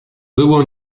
było